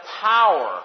power